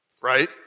right